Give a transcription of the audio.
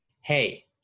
Hey